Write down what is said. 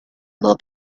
not